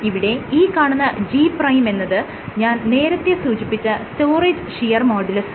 ഇവിടെ ഈ കാണുന്ന G' എന്നത് ഞാൻ നേരത്തെ സൂചിപ്പിച്ച സ്റ്റോറേജ് ഷിയർ മോഡുലസാണ്